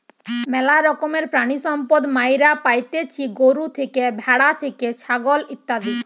ম্যালা রকমের প্রাণিসম্পদ মাইরা পাইতেছি গরু থেকে, ভ্যাড়া থেকে, ছাগল ইত্যাদি